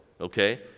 okay